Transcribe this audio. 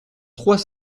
trois